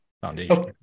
foundation